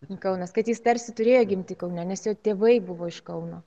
kaunas kad jis tarsi turėjo gimti kaune nes jo tėvai buvo iš kauno